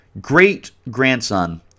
great-grandson